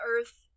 Earth